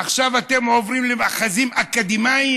עכשיו אתם עוברים למאחזים אקדמיים,